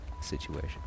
situation